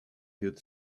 good